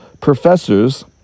professors